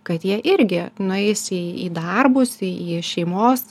kad jie irgi nueis į į darbus į į šeimos